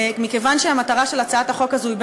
מכיוון שהמטרה של הצעת החוק הזאת היא,